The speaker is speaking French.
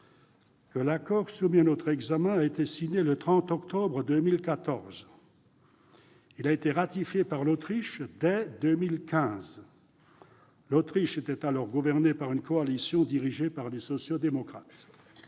que l'accord soumis à notre examen a été signé le 30 octobre 2014. Il a été approuvé par l'Autriche dès 2015. Ce pays était alors gouverné par une coalition dirigée par les sociaux-démocrates.